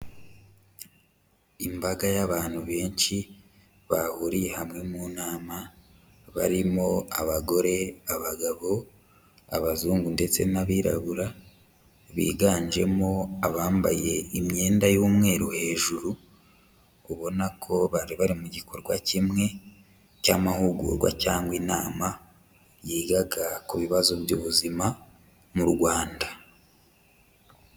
Imbaga y'abantu benshi bahuriye hamwe mu nama barimo abagore, abagabo, abazungu ndetse n'abirabura biganjemo abambaye imyenda y'umweru hejuru, ubona ko bari bari mu gikorwa kimwe cy'amahugurwa cyangwa inama yigaga ku bibazo by'ubuzima mu Rwanda.